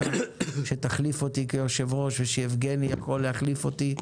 שתחליף אותי כיושב-ראש ושיבגני יכול להחליף אותי.